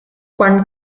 quan